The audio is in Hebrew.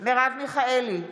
מרב מיכאלי,